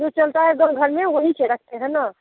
जो चलता है एक दम घर में वही च रखते हैं न